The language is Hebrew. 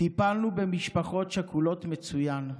טיפלנו במשפחות שכולות מצוין,